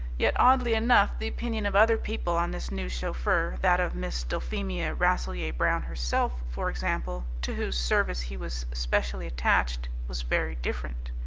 yet, oddly enough, the opinion of other people on this new chauffeur, that of miss dulphemia rasselyer-brown herself, for example, to whose service he was specially attached, was very different.